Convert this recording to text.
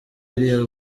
ririya